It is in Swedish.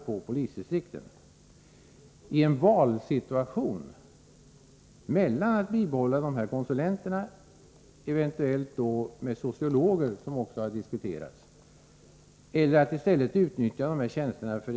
.på; polisdistrikten; Ten valsituation där man hariatt välja, mellan att bibehålla de, här konsulenttjänsterna eventuellt besatta med sociologer, vilket också har diskuterats +. eller att. in stället, utnyttja, tjänsterna; för.